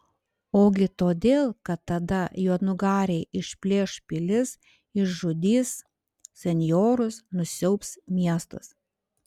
ogi todėl kad tada juodnugariai išplėš pilis išžudys senjorus nusiaubs miestus